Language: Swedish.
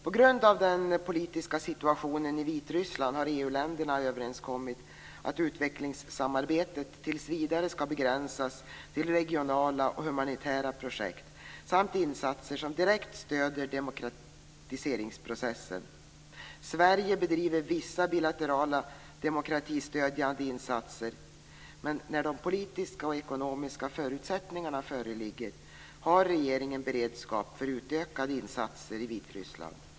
På grund av den politiska situationen i Vitryssland har EU-länderna kommit överens om att utvecklingssamarbetet tills vidare ska begränsas till regionala och humanitära projekt samt insatser som direkt stöder demokratiseringsprocessen. Sverige bedriver vissa bilaterala demokratistödjande insatser, men när de politiska och ekonomiska förutsättningarna föreligger har regeringen beredskap för utökade insatser i Vitryssland.